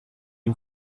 ihm